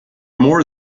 more